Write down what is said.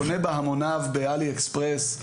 קונה בהמוניו בעלי אקספרס,